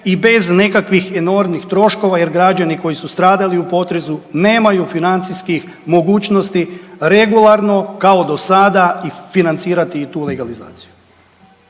i bez nekakvih enormnih troškova jer građani koji su stradali u potresu nemaju financijskih mogućnosti, regularno kao do sada i financirati i tu legalizaciju.